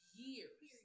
years